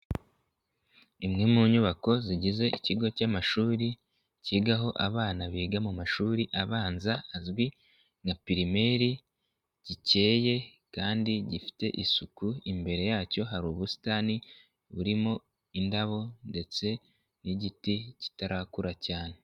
Imwe mu nyubako zigize ikigo cy'amashuri cyigaho abana biga mu mashuri abanza azwi nka pirimeri gikeye kandi gifite isuku, imbere yacyo hari ubusitani burimo indabo ndetse n'igiti kitarakura cyane.